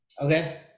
Okay